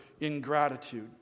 ingratitude